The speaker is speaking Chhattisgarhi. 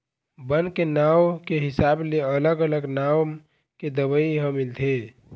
बन के नांव के हिसाब ले अलग अलग नाम के दवई ह मिलथे